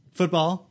football